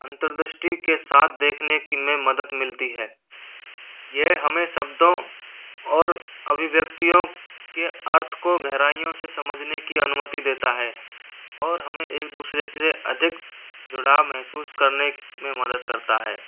अंतर्दृष्टि के साथ देखने की में मदद मिलती है यह हमें शब्दों और अभिव्यक्तियों के अर्थ को गहराइयों से समझने की अनुमति देता है और हमें एक दूसरे के से अधिक जुड़ाव महसूस करने में मदद करता है